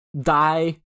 die